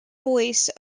voice